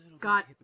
got